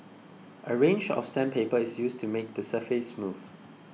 a range of sandpaper is used to make the surface smooth